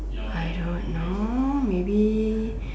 I don't know maybe